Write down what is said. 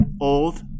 Old